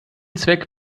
zweck